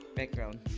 background